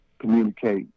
communicate